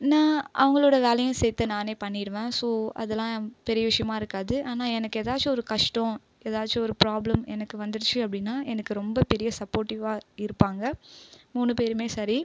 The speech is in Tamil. நான் அவங்களோடய வேலையும் சேர்த்து நானே பண்ணிடுவேன் ஸோ அதெலாம் பெரிய விஷயமா இருக்காது ஆனால் எனக்கு ஏதாச்சும் ஒரு கஷ்டம் ஏதாச்சும் ஒரு ப்ராப்ளம் எனக்கு வந்துடுச்சு அப்படின்னா எனக்கு ரொம்ப பெரிய சப்போட்டிவ்வாக இருப்பாங்க மூணு பேருமே சரி